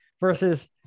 Versus